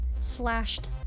Slashed